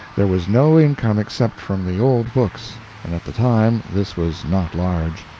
there was no income except from the old books, and at the time this was not large.